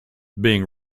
being